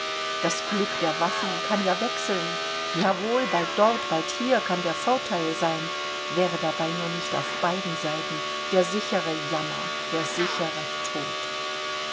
das glück der waffen kann ja wechseln ja wohl bald dort bald hier kann der vorteil sein wäre dabei nur nicht auf beiden seiten der sichere jammer der sichere tod